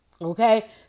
Okay